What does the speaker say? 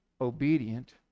obedient